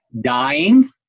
dying